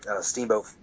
Steamboat